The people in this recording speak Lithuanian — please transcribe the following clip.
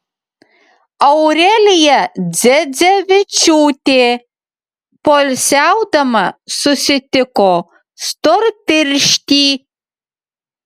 aurelija dzedzevičiūtė poilsiaudama susitiko storpirštį